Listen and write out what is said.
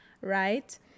right